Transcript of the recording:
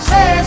Say